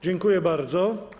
Dziękuję bardzo.